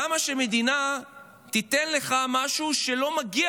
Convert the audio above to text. למה שהמדינה תיתן לך משהו שלא מגיע